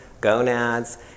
gonads